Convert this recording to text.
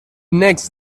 next